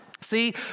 See